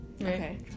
Okay